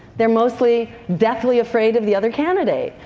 they are mostly deathly afraid of the other candidate.